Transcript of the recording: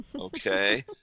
Okay